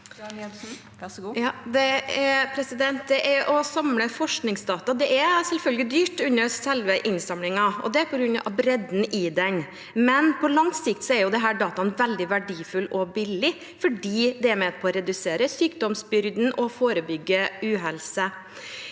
Å samle forskningsdata er selvfølgelig dyrt under selve innsamlingen, og det er på grunn av bredden i den. Men på lang sikt er disse dataene veldig verdifulle og billige fordi de er med på å redusere sykdomsbyrden og forebygge uhelse.